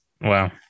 wow